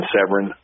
Severin